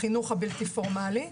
בחינוך הבלתי פורמלי.